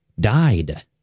died